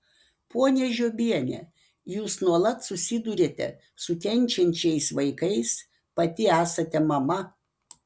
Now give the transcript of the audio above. ponia žiobiene jūs nuolat susiduriate su kenčiančiais vaikais pati esate mama